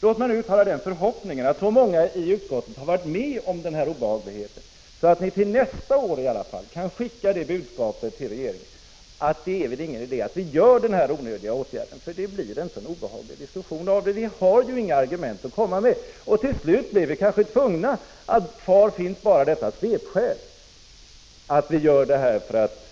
Låt mig nu uttala den förhoppningen att så många i utskottet har varit med om den här obehagligheten att ni i alla fall till nästa år kan sända det budskapet till regeringen: Det är väl ingen idé att vidta den här onödiga åtgärden, för det blir en så obehaglig diskussion. Vi har ju inga argument att komma med, och till slut blir vi kanske tvungna att medge att kvar finns bara svepskäl, att vi gör detta för att